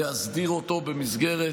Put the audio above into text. להסדיר אותו במסגרת